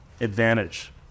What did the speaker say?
advantage